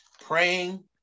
Praying